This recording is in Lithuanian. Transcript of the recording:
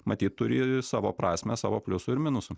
matyt turi savo prasmę savo pliusų ir minusų